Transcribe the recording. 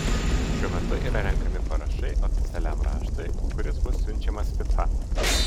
šiuo metu yra renkami parašai oficialiam raštui kuris bus siunčiamas fifa